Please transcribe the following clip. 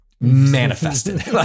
manifested